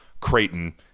Creighton